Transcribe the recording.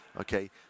Okay